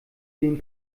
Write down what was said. den